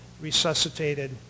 resuscitated